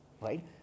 right